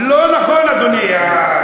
הפעם, לא נכון, אדוני.